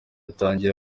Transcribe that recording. yatangiye